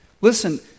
Listen